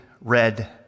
red